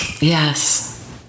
yes